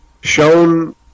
shown